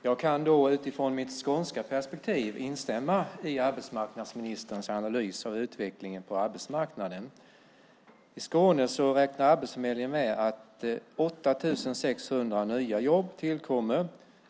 Fru talman! Jag kan utifrån mitt skånska perspektiv instämma i arbetsmarknadsministerns analys av utvecklingen på arbetsmarknaden. I Skåne räknar Arbetsförmedlingen med att 8 600 nya jobb tillkommer,